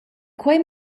quei